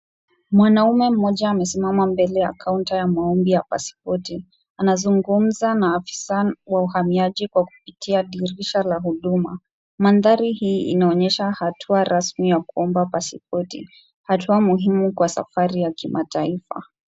Mwanaume mmoja amesimama mbele ya kaunta ya maombi ya pasipoti. Anazungumza na afisaa wa uhamiaji kwa kupitia dirisha la huduma. Mandhari hii inaonyesha hatua rasmi ya kuomba pasipoti. Hatua muhimu katika safari ya kimataifa.